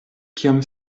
kiam